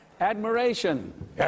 Admiration